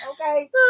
Okay